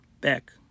back